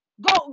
Go